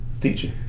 teacher